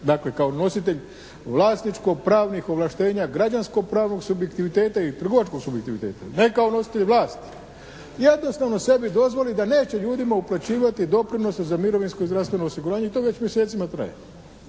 dakle kao nositelj vlasničko-pravnih ovlaštenja građansko-pravnog subjektiviteta i trgovačkog subjektiviteta, ne kao nositelj vlasti, jednostavno sebi dozvoli da neće ljudima uplaćivati doprinose za mirovinsko i zdravstveno osiguranje i to već mjesecima traje.